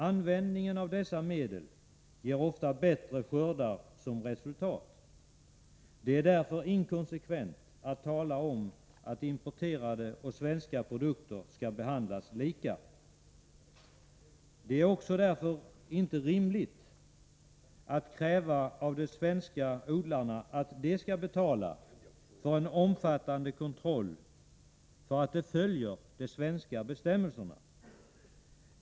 Användningen av dessa medel ger ofta bättre skördar som resultat. Det är därför inkonsekvent att tala om att importerade och svenska produkter skall behandlas lika. Och det är därför inte rimligt att kräva att de svenska odlarna skall betala för en omfattande kontroll för att de följer de svenska bestämmelserna.